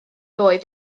oedd